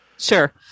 Sure